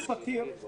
זה דבר שהוא פתיר.